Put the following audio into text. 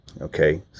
Okay